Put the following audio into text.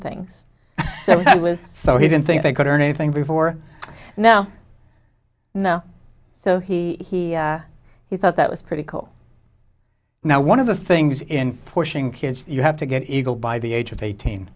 that was so he didn't think they could earn anything before now no so he he thought that was pretty cool now one of the things in pushing kids you have to get eagle by the age of eighteen